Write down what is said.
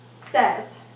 says